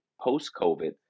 post-COVID